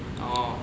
orh